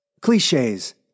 cliches